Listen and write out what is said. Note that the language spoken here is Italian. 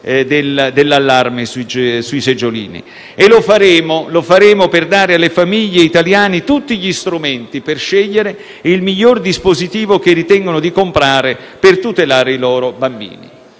dell'allarme sui seggiolini. E lo faremo per dare alle famiglie italiane tutti gli strumenti per scegliere il miglior dispositivo che ritengono di comprare per tutelare i loro bambini.